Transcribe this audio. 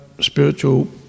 spiritual